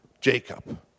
Jacob